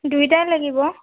দুইটাই লাগিব